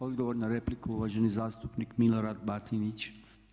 Odgovor na repliku uvaženi zastupnik Milorad Batinić.